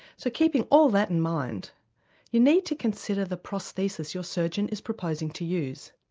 so keeping all that in mind you need to consider the prosthesis your surgeon is proposing to use.